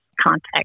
context